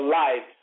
life